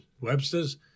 Webster's